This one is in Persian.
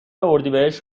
اردیبهشت